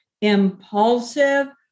impulsive